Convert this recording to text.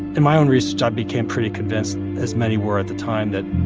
in my own research, i became pretty convinced as many were at the time that,